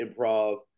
improv